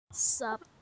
Sup